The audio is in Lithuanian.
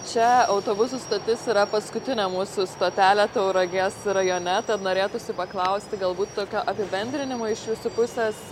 čia autobusų stotis yra paskutinė mūsų stotelė tauragės rajone tad norėtųsi paklausti galbūt tokio apibendrinimo iš jūsų pusės